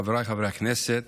חבריי חברי הכנסת,